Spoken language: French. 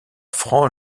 franc